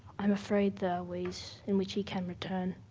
i'm afraid there are ways in which he can return.